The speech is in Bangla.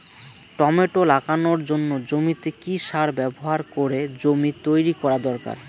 টমেটো লাগানোর জন্য জমিতে কি সার ব্যবহার করে জমি তৈরি করা দরকার?